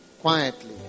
quietly